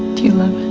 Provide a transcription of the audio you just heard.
do you love him?